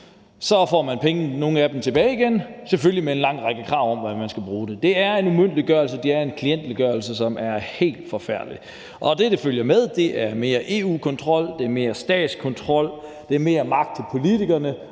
nogle af dem, tilbage igen, selvfølgelig med en lang række krav om, hvordan man skal bruge dem. Det er en umyndiggørelse, og det er en klientgørelse, som er helt forfærdelig, og det, der følger med, er mere EU-kontrol, det er mere statskontrol, og det er mere magt til politikerne